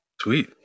Sweet